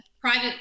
private